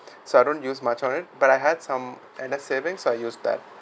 so I don't use much of it but I had some N_S savings so I use that